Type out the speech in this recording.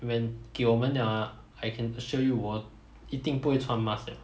when 给我们 liao ah I can assure you 我一定不会穿 mask liao